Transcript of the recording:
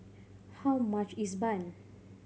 how much is bun